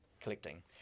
collecting